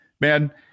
man